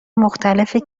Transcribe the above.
مختلفی